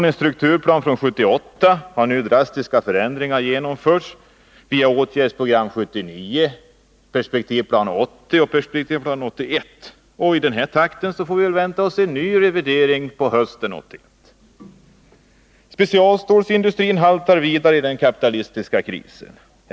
Efter strukturplanen från 1978 har nu drastiska förändringar genomförts via åtgärdsprogrammet 1979, perspektivplanen 1980 och perspektivplanen 1981. Med den här takten får vi vänta oss nya revideringar hösten 1981. Specialstålsindustrin haltar vidare i den kapitalistiska krisen.